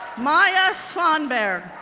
maja svanberg,